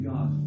God